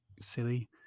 silly